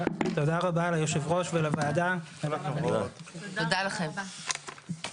הישיבה ננעלה בשעה 09:56.